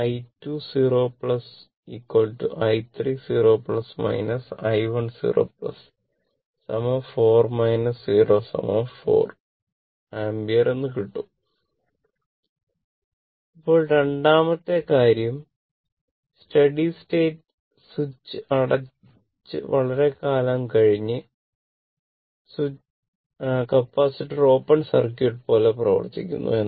i 2 0 i 30 i 1 0 4 0 4 ampere എന്ന് കിട്ടും ഇപ്പോൾ രണ്ടാമത്തെ കാര്യം സ്റ്റഡി സ്റ്റേറ്റ് സ്വിച്ച് അടച്ച് വളരെക്കാലം കഴിഞ്ഞ് കപ്പാസിറ്റർ ഓപ്പൺ സർക്യൂട്ട് പോലെ പ്രവർത്തിക്കുന്നു എന്നാണ്